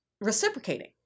reciprocating